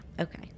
okay